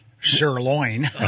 sirloin